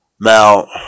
Now